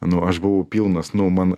nu aš buvau pilnas nu man